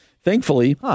Thankfully